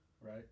Right